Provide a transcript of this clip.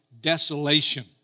desolation